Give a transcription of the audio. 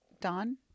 Don